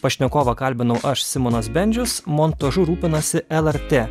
pašnekovą kalbinau aš simonas bendžius montažu rūpinasi lrt